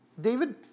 David